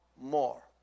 more